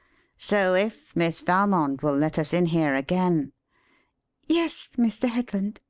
so if miss valmond will let us in here again yes, mr. headland,